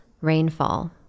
Rainfall